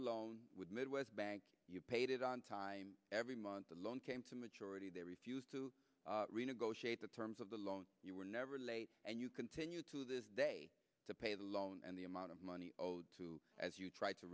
a loan with mid west bank you paid it on time every month along came to maturity they refused to renegotiate the terms of the loan you were never late and you continue to this day to pay the loan and the amount of money owed to as you tr